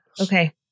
Okay